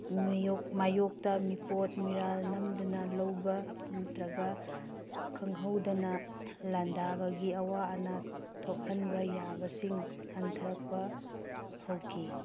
ꯃꯥꯌꯣꯛꯇ ꯃꯤꯄꯣꯠ ꯃꯤꯔꯥꯜ ꯅꯝꯗꯨꯅ ꯂꯧꯕ ꯅꯠꯇꯔꯒ ꯈꯪꯍꯧꯗꯅ ꯂꯥꯜꯗꯥꯕꯒꯤ ꯑꯋꯥ ꯑꯥꯅ ꯊꯣꯛꯍꯟꯕ ꯌꯥꯕꯁꯤꯡ ꯍꯟꯊꯔꯛꯄ ꯍꯧꯈꯤ